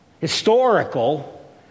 historical